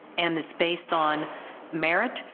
and is based on merit.